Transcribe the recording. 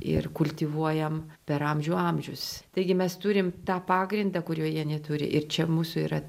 ir kultivuojam per amžių amžius taigi mes turim tą pagrindą kurioje neturi ir čia mūsų yra